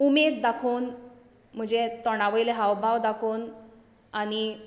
उमेद दाखोवन म्हजे तोंडावयले हावभाव दाखोवन आनी